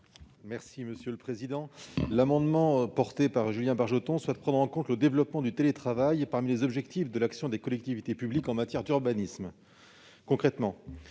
Martin Lévrier. Cet amendement déposé par Julien Bargeton vise à prendre en compte le développement du télétravail parmi les objectifs de l'action des collectivités publiques en matière d'urbanisme. Concrètement,